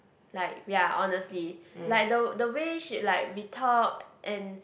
like we're honestly like the the way she like we talk and